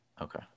Okay